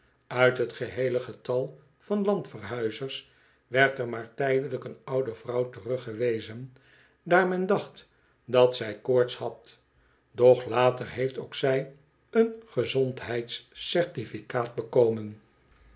uit t geil eele getal van landverhuizers werd er maar tijdelijk een oude vrouw teruggewezen daar men dacht dat zij koorts had doch lateiheeft ook zij een gezondheids certificaat bekomen